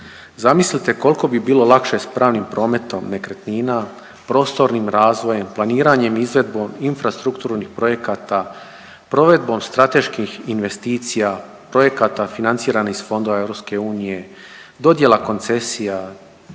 Zamislite koliko bi bilo lakše sa pravnim prometom nekretnina, prostornim razvojem, planiranjem, izvedbom infrastrukturnih projekata, provedbom strateških investicija, projekata financiranih iz fondova EU, dodjela koncesija,